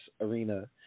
arena